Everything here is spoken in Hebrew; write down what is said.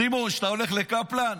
סימון, כשאתה הולך לקפלן,